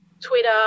twitter